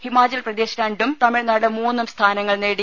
ഹിമാചൽ പ്രദേശ് രണ്ടും തമിഴ്നാട് മൂന്നും സ്ഥാനങ്ങൾ നേടി